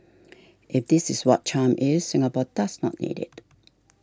if this is what charm is Singapore does not need it